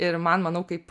ir man manau kaip